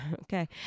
okay